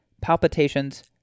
palpitations